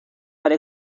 para